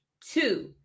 two